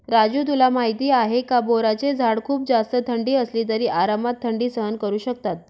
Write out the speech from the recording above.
राजू तुला माहिती आहे का? बोराचे झाड खूप जास्त थंडी असली तरी आरामात थंडी सहन करू शकतात